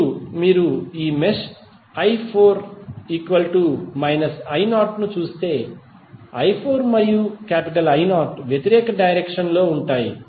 ఇప్పుడు మీరు ఈ మెష్ i4 I0 ను చూస్తే i4 మరియు I0 వ్యతిరేక డైరెక్షన్ లో ఉంటాయి